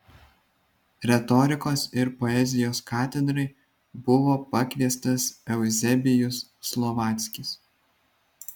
retorikos ir poezijos katedrai buvo pakviestas euzebijus slovackis